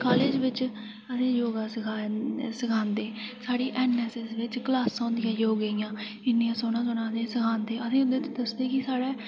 college बिच असें योगा सखांदे न साढ़ी एन एस एस बिच क्लासां होन्दियां ही योगे दियां इ'न्नी सोह्ना सोह्ना असें ई सखांदे असें इ'यां दस्सदे की साढ़े